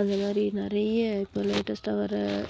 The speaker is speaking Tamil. அந்த மாதிரி நிறைய இப்போ லேட்டஸ்ட்டாக வர்ற